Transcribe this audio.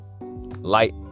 light